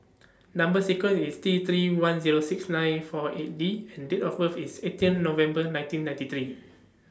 Number sequence IS T three one Zero six nine four eight D and Date of birth IS eighteen November nineteen ninety three